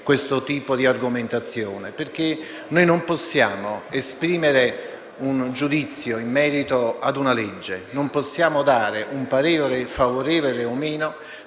questo tipo di argomentazione; noi non possiamo esprimere un giudizio in merito ad una legge, non possiamo esprimere un parere favorevole o no,